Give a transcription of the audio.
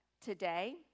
today